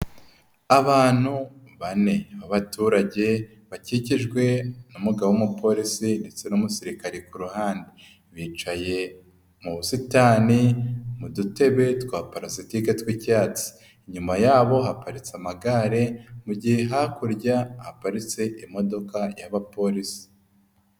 Abantu bane abaturage bakikijwe n'umugabo w'Umupolisi ndetse n'Umusirikare ku ruhande, bicaye mu busitani mu dutebe twa palasitike tw'icyatsi, inyuma yabo haparitse amagare mu gihe hakurya haparitse imodoka y,Abapolisi.